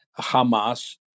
Hamas